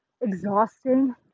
exhausting